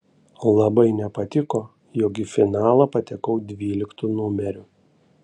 labai nepatiko jog į finalą patekau dvyliktu numeriu